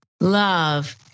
love